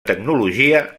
tecnologia